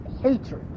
hatred